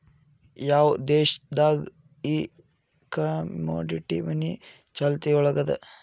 ಯಾವ್ ದೇಶ್ ದಾಗ್ ಈ ಕಮೊಡಿಟಿ ಮನಿ ಚಾಲ್ತಿಯೊಳಗದ?